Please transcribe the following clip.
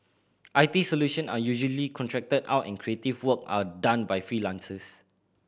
I T solution are usually contracted out and creative work are done by freelancers